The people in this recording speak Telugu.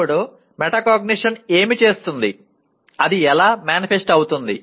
ఇప్పుడు మెటాకాగ్నిషన్ ఏమి చేస్తుంది అది ఎలా మానిఫెస్ట్ అవుతుంది